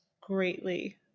greatly